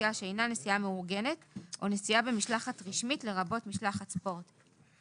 נסיעה שאינה נסיעה מאורגנת או נסיעה במשלחת רשמית לרבות משלחת ספורט.